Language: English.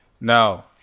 Now